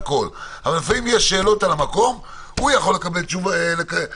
אבל לפעמים יש שאלות על המקום והוא יוכל לקבל החלטות,